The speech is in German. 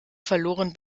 verloren